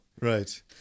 Right